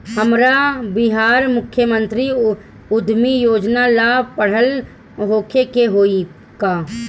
हमरा बिहार मुख्यमंत्री उद्यमी योजना ला पढ़ल होखे के होई का?